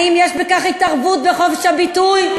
האם יש בכך התערבות בחופש הביטוי?